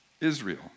Israel